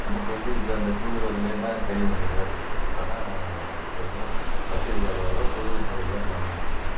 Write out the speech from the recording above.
நமக்கு வந்து இப்போ அந்த டூ வீலர் இல்லைனா கை உடஞ்சமாரி இருக்குது இப்போதான் ஒருத்தருக்கும் வசதிகள் வர வர புது முறைகளை நம்ம அணுகிட்டிருக்கோம்